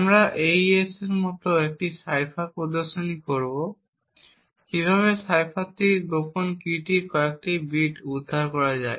আমরা AES এর মতো একটি সাইফারে প্রদর্শন করব কীভাবে সাইফারগুলি থেকে গোপন কীটির কয়েকটি বিট উদ্ধার করা যায়